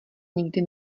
nikdy